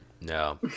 No